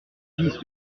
vice